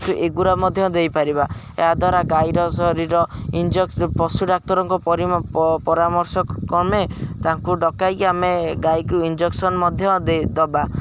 ଏଗୁଡ଼ା ମଧ୍ୟ ଦେଇପାରିବା ଏହାଦ୍ୱାରା ଗାଈର ଶରୀର ପଶୁ ଡାକ୍ତରଙ୍କ ପରାମର୍ଶ କ୍ରମେ ତାଙ୍କୁ ଡକାଇକି ଆମେ ଗାଈକୁ ଇଞ୍ଜେକ୍ସନ ମଧ୍ୟ ଦେଇ ଦେବା